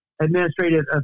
administrative